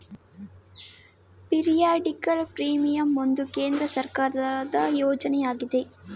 periodical premium ಒಂದು ಕೇಂದ್ರ ಸರ್ಕಾರದ ಯೋಜನೆ ಆಗಿದೆ